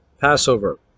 Passover